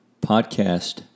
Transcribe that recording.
Podcast